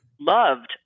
loved